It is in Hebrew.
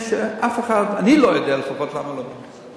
אף אחד, אני לא יודע לפחות למה לא בונים.